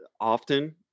often